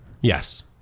yes